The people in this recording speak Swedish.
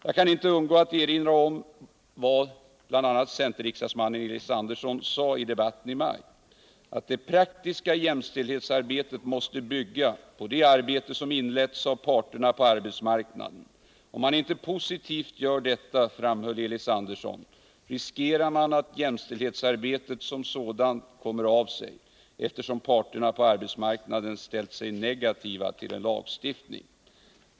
Jag kan inte undgå att erinra om vad centerriksdagsmannen Elis Andersson sade i debatten i maj, nämligen att det praktiska jämställdhetsarbetet måste bygga på det arbete som inletts av parterna på arbetsmarknaden. Om man inte positivt gör detta, framhöll Elis Andersson, riskerar man att jämställdhetsarbetet som sådant kommer av sig, eftersom parterna på arbetsmarknaden ställt sig negativa till en lagstiftning.